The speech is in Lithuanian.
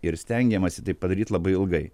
ir stengiamasi tai padaryt labai ilgai